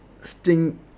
Sting